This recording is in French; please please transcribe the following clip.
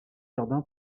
jardin